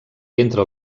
entre